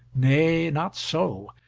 nay, not so,